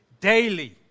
daily